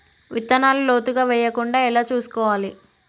విత్తనాలు లోతుగా వెయ్యకుండా ఎలా చూసుకోవాలి?